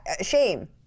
shame